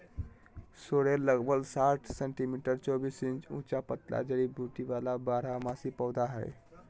sorrel लगभग साठ centimetre चौबीस इंच ऊंचा पतला जड़ी बूटी वाला बारहमासी पौधा हइ